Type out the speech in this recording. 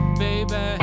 baby